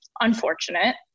unfortunate